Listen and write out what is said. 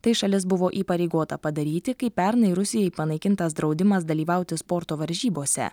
tai šalis buvo įpareigota padaryti kai pernai rusijai panaikintas draudimas dalyvauti sporto varžybose